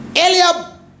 Eliab